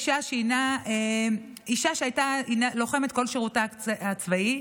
אישה שהייתה לוחמת כל שירותה הצבאי,